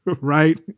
right